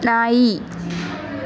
ನಾಯಿ